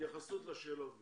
בהתייחסות לשאלות גם.